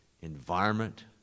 environment